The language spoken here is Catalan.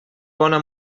bona